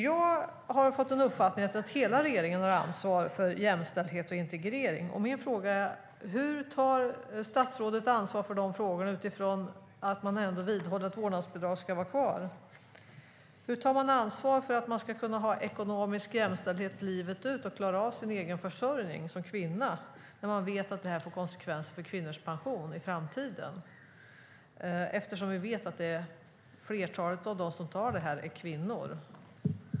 Jag har fått den uppfattningen att hela regeringen har ansvar för jämställdhet och integrering. Mina frågor är: Hur tar statsrådet ansvaret för dessa frågor utifrån att han ändå vidhåller att vårdnadsbidraget ska vara kvar? Hur tar han ansvar för ekonomisk jämställdhet livet ut och för att kvinnor ska klara sin egen försörjning, när man vet att det här får konsekvenser för kvinnors pension i framtiden? Flertalet av dem som väljer vårdnadsbidrag är kvinnor.